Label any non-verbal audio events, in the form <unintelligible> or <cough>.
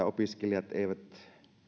<unintelligible> opiskelijat eivät